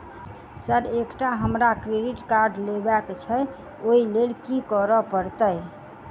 Sir एकटा हमरा credit card लेबकै छैय ओई लैल की करऽ परतै?